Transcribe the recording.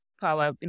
power